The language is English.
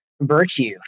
virtue